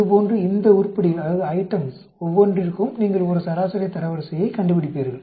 இதுபோன்று இந்த உருப்படிகள் ஒவ்வொன்றிற்கும் நீங்கள் ஒரு சராசரி தரவரிசையைக் கண்டுபிடிப்பீர்கள்